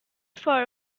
for